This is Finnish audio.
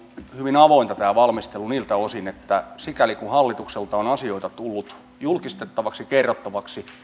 hyvin avointa tämä valmistelu niiltä osin että sikäli kuin hallitukselta on on asioita tullut julkistettavaksi kerrottavaksi niin